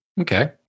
Okay